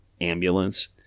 ambulance